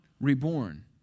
reborn